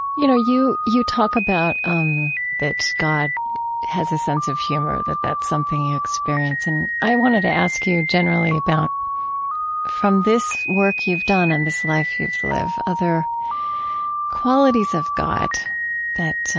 you know, you you talk about um that god has a sense of humor that that's something you experience. and i wanted to ask you generally about from this work you've done and this life you've lived, other qualities of god that